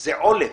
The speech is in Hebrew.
זה עולב.